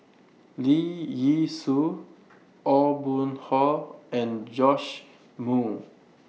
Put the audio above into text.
Lee Yee Soo Aw Boon Haw and Joash Moo